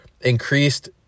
increased